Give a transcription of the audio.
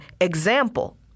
example